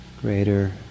Greater